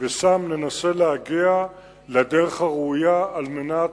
ושם ננסה להגיע לדרך הראויה, על מנת,